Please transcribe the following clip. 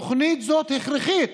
תוכנית זאת הכרחית